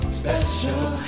special